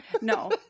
No